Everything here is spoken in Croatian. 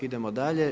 Idemo dalje.